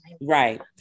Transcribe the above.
right